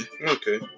Okay